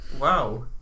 Wow